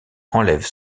enlève